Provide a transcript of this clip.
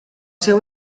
seu